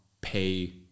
pay